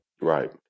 Right